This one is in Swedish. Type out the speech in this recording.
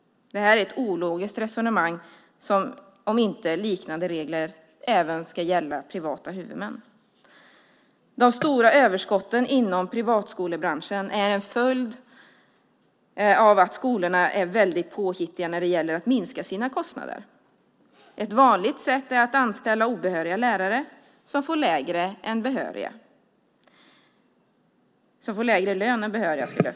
Det är ett ologiskt resonemang om inte liknande regler ska gälla även för privata huvudmän. De stora överskotten inom privatskolebranschen är en följd av att skolorna är väldigt påhittiga när det gäller att minska sina kostnader. Ett vanligt sätt är att anställa obehöriga lärare som får lägre lön än behöriga.